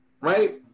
right